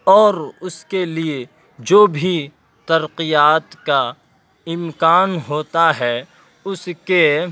اور اس کے لیے جو بھی ترقیات کا امکان ہوتا ہے اس کے